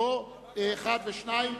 1 ו-2,